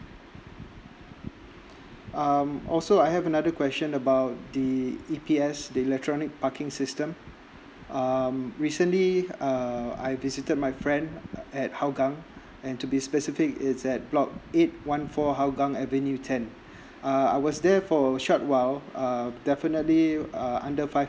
um also I have another question about the E_P_S the electronic parking system um recently uh I visited my friend at hougang and to be specific is at block eight one four hougang avenue ten uh I was there for a short while uh definitely uh under five